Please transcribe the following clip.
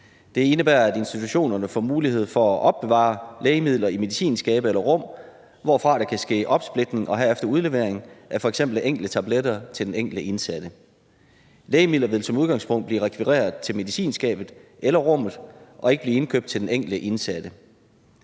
Det indebærer, at institutionerne får mulighed for at opbevare lægemidler i medicinskabe eller -rum, hvorfra der kan ske opsplitning og herefter udlevering af f.eks. enkelte tabletter til den enkelte indsatte. Lægemidler vil som udgangspunkt blive rekvireret til medicinskabet eller -rummet og vil ikke blive indkøbt til den enkelte indsatte.